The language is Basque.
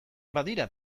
badira